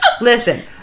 Listen